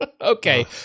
Okay